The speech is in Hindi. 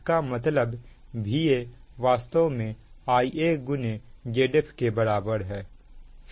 इसका मतलब Va वास्तव में Ia Zf के बराबर है